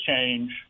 change